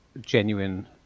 genuine